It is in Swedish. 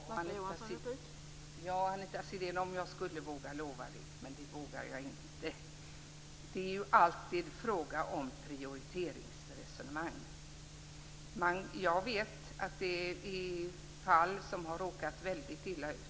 Fru talman! Ja, Anita Sidén, om jag vågade lova det, men det vågar jag inte. Det är alltid en fråga om prioriteringsresonemang. Jag vet att det finns fall där människor har råkat väldigt illa ut.